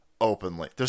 openly